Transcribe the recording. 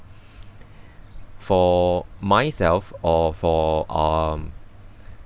for myself or for um